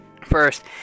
first